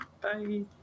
Bye